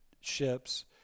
ships